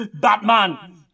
Batman